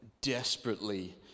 Desperately